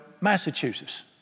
Massachusetts